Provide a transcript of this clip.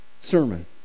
sermon